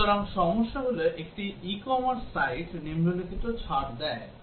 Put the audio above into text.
সুতরাং সমস্যা হল একটি ই কমার্স সাইট নিম্নলিখিত ছাড় দেয়